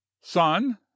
son